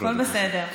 הכול בסדר.